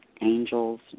angels